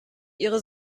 ihre